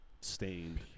Stained